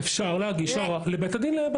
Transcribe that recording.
אפשר להגיש ערר לבית הדין.